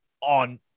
on